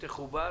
תחובר